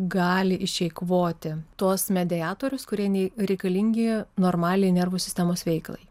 gali išeikvoti tuos mediatorius kurie nei reikalingi normaliai nervų sistemos veiklai